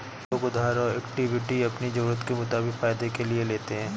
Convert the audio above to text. लोग उधार और इक्विटी अपनी ज़रूरत के मुताबिक फायदे के लिए लेते है